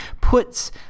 puts